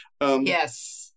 yes